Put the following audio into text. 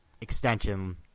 extension